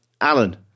Alan